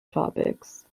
topics